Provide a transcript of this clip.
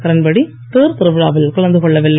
கிரண்பேடி தேர் திருவிழாவில் கலந்து கொள்ளவில்லை